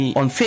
on